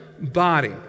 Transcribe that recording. body